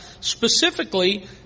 specifically